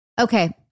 Okay